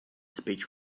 speech